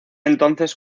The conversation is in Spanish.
entonces